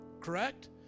correct